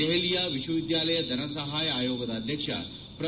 ದೆಹಲಿಯ ವಿಶ್ವವಿದ್ಯಾಲಯ ಧನಸಹಾಯ ಆಯೋಗದ ಅಧ್ವಕ್ಷ ಪ್ರೊ